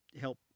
help